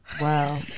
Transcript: Wow